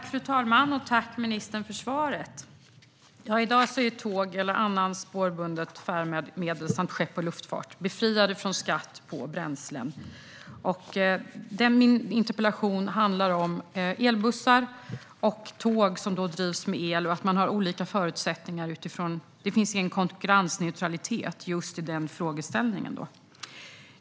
Fru talman! Jag tackar ministern för svaret. I dag är tåg och andra spårbundna färdmedel samt skepps och luftfart befriade från skatt på bränslen. Min interpellation handlar om att elbussar och tåg som drivs med el har olika förutsättningar. Det finns ingen konkurrensneutralitet i den frågeställningen.